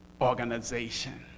organization